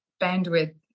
bandwidth